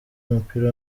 w’umupira